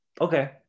Okay